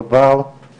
דובר על